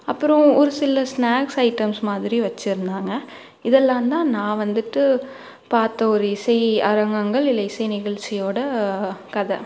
அப்புறோம் ஒரு சில ஸ்நேக்ஸ் ஐட்டம்ஸ் மாதிரி வச்சிருந்தாங்க இதெல்லாம் தான் நான் வந்துட்டு பார்த்த ஒரு இசை அரங்கங்கள் இல்லை இசை நிகழ்ச்சியோடய கதை